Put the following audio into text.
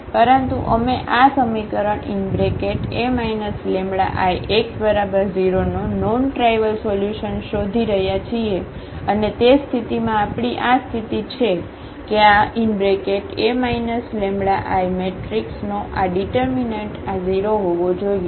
પરંતુ અમે આ સમીકરણ A λIx0 નો નોન ટ્રાઇવલ સોલ્યુશન શોધી રહ્યા છીએ અને તે સ્થિતિમાં આપણી આ સ્થિતિ છે કે આ A λI મેટ્રિક્સનો આ ઙીટરમીનન્ટ આ 0 હોવો જોઈએ